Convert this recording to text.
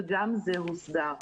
וגם זה הוסדר.